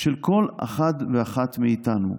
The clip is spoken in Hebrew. של כל אחד ואחד מאיתנו.